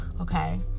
Okay